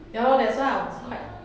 ya lor that's why I was quite